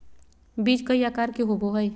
बीज कई आकार के होबो हइ